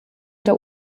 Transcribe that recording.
der